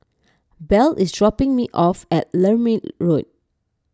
Bell is dropping me off at Lermit Road